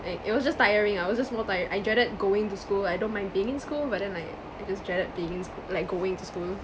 like it was just tiring I was just more tired I dreaded going to school I don't mind being in school but then like I just dreaded being in sch~ like going to school